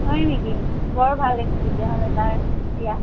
হয় নেকি বৰ ভাল দেখুন তেতিয়াহ'লে তাৰ এতিয়া